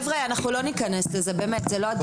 אנחנו לא ניכנס לזה, הדיון לא על שפעת העופות.